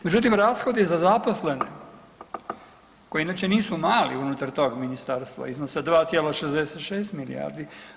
Međutim rashodi za zaposlene koji inače nisu mali unutar tog ministarstva iznose 2,66 milijardi.